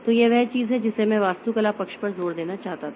तो यह वह चीज है जिसपे मैं वास्तुकला पक्ष पर जोर देना चाहता था